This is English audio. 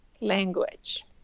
language